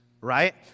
right